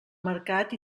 mercat